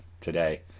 today